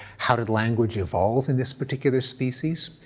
how did language evolve in this particular species?